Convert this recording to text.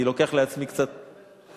אני לוקח לעצמי קצת,